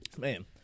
Man